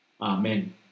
Amen